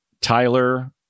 Tyler